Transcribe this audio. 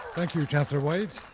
thank you, chancellor white.